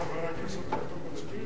אחרי חבר הכנסת בטח מצביעים.